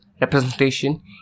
representation